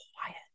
quiet